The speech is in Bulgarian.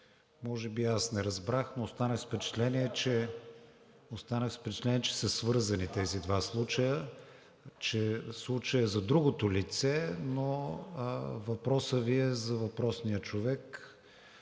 Може би аз не разбрах, но останах с впечатление, че са свързани тези два случая, че случаят е за другото лице, но въпросът Ви е за въпросния човек,